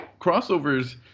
crossovers